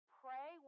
pray